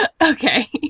Okay